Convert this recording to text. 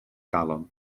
galon